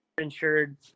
insured